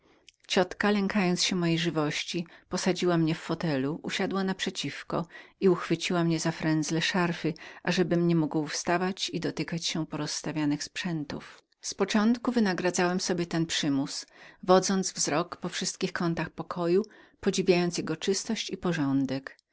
ciotka lękając się mojej żywości posadziła mnie w obszernem krześle usiadła na przeciwko i uchwyciła frenzle mego pasa ażebym nie mógł wstać i dotykać się porozstawianych sprzętów z początku wynagradzałem sobie ten przymus wodząc wzrok po wszystkich kątach pokoju którego podziwiałem czystość i porządek